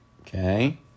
okay